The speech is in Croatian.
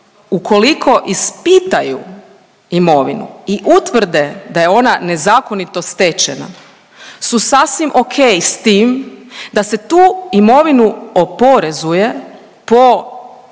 ukoliko ispitaju imovinu i utvrde da je ona nezakonito stečena su sasvim ok s tim da se tu imovinu oporezuje po stopi